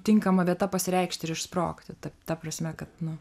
tinkama vieta pasireikšti ir išsprogti ta prasme kad nu